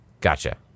Gotcha